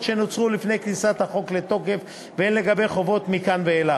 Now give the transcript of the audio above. שנוצרו לפני כניסת החוק לתוקף והן על חובות מכאן ואילך.